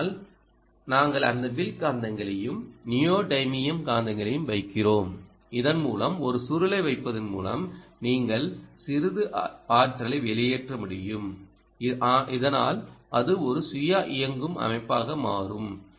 ஆனால் நாங்கள் அந்த வில் காந்தங்களையும் நியோடைமியம் காந்தங்களையும் வைக்கிறோம் இதன்மூலம் ஒரு சுருளை வைப்பதன் மூலம் நீங்கள் சிறிது ஆற்றலை வெளியேற்ற முடியும் இதனால் அது ஒரு சுய இயங்கும் அமைப்பாக மாறும்